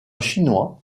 chinois